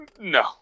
No